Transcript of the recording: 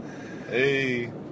Hey